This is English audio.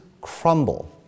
crumble